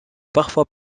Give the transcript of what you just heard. parfois